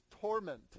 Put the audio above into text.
torment